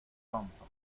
rompa